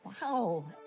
Wow